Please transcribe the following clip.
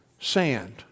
sand